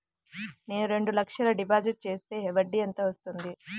నేను రెండు లక్షల డిపాజిట్ చేస్తే వడ్డీ ఎంత వస్తుంది?